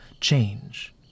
change